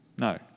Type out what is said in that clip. No